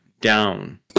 down